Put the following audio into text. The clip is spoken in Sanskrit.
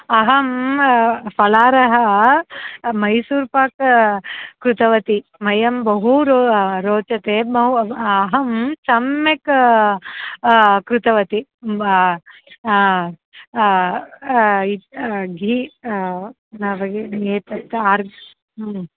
अहं फलाहारः मैसूर्पााक् कृतवती मह्यं बहु रो रोचते म अहं सम्यक् कृतवती घी एतत् आर्